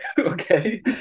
okay